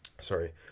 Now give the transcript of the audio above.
Sorry